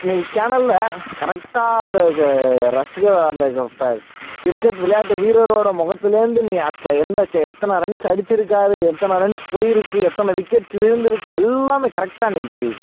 இன்றைக்கி சேனலில் கரெக்டாக அந்த க ரசிகராக அந்த கிரிக்கெட் விளையாட்டு வீரரோடய முகத்துலேருந்து நீ அத்த எந்த சே எத்தனை ரன்ஸ் அடிச்சிருக்காரு எத்தனை ரன்ஸ் போயிருக்குது எத்தனை விக்கெட்ஸ் விழுந்துருக்குது எல்லாமே கரெக்டாக அன்றைக்கி தெரியுது